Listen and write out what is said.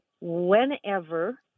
whenever